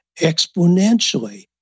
exponentially